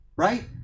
right